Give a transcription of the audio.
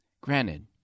Granted